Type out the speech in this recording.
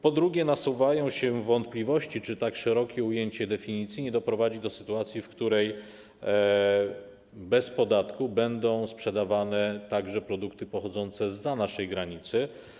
Po drugie, nasuwają się wątpliwości, czy tak szerokie ujęcie definicji nie doprowadzi do sytuacji, w której bez podatku będą sprzedawane także produkty pochodzące zza naszej granicy.